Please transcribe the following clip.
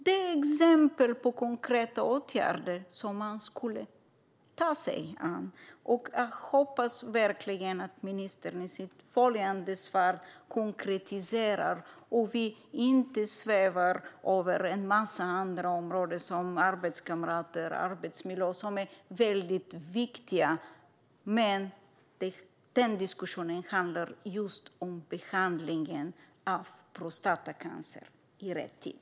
Det är exempel på konkreta åtgärder som man skulle kunna vidta. Jag hoppas verkligen att ministern i sitt följande svar konkretiserar sig och inte svävar över en massa andra områden som arbetskamrater och arbetsmiljö. Det är väldigt viktiga områden. Men diskussionen handlar just om behandlingen av prostatacancer i rätt tid.